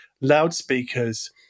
loudspeakers